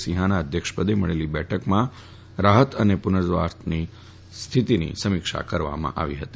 સિંહાના અધ્યક્ષપદે મળેલી બેઠકમાં રાહત અને પુનર્વસવાટની સ્થિતિની સમીક્ષા કરવામાં આવી હતી